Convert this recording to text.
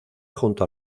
junto